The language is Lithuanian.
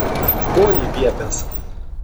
ko ji viepias